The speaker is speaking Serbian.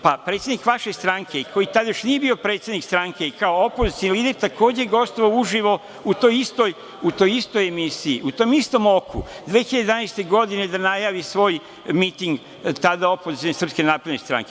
Predsednik vaše stranke, koji tad još nije bio predsednik stranke i kao opozicioni lider takođe je gostovao uživo u toj istoj misiji, u tom istom „Oku“ 2011. godine da najavi svoj miting, tada opozicione SNS.